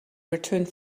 returned